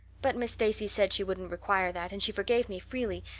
but miss stacy said she wouldn't require that, and she forgave me freely.